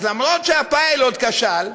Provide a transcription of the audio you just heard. אז אומנם הפיילוט כשל,